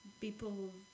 people